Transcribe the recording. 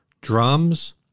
Drums